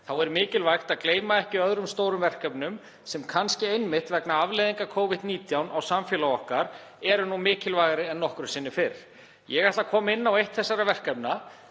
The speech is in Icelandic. er mikilvægt að gleyma ekki öðrum stórum verkefnum sem kannski einmitt vegna afleiðinga Covid-19 á samfélag okkar eru mikilvægari en nokkru sinni fyrr. Ég ætla að koma inn á eitt þessara verkefna.